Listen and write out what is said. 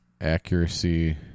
Accuracy